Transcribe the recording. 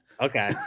Okay